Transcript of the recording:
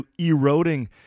eroding